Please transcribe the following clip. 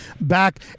back